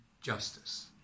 justice